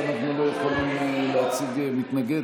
אז אנחנו לא יכולים להציג מתנגד,